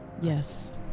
yes